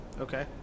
okay